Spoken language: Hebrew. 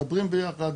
מדברים ביחד,